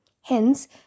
Hence